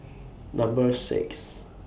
Number six